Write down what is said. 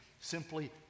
simply